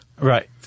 Right